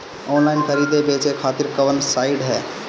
Online खरीदे बेचे खातिर कवन साइड ह?